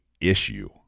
issue